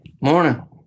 Morning